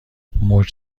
موج